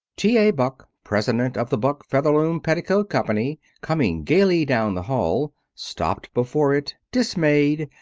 t. a. buck, president of the buck featherloom petticoat company, coming gaily down the hall, stopped before it, dismayed,